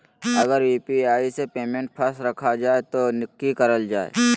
अगर यू.पी.आई से पेमेंट फस रखा जाए तो की करल जाए?